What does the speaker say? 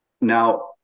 Now